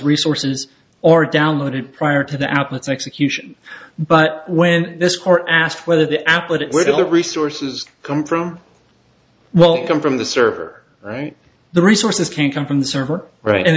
resources or downloaded prior to the outlets execution but when this court asked whether the applet it will resources come from welcome from the server right the resources can come from the server right